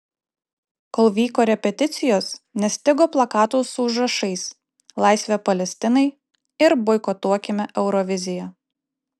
kol vyko repeticijos nestigo plakatų su užrašais laisvė palestinai ir boikotuokime euroviziją